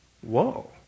Whoa